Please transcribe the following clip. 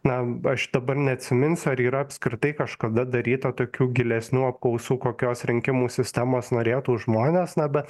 na aš dabar neatsiminsiu ar yra apskritai kažkada daryta tokių gilesnių apklausų kokios rinkimų sistemos norėtų žmonės na bet